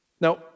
Now